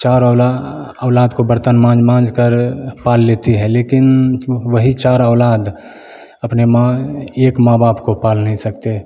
चार औला औलाद को बर्तन मांज मांज कर पाल लेती है लेकिन व वही चार औलाद अपने माँ एक माँ बाप को पाल नहीं सकते